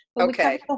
Okay